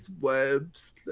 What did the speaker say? webs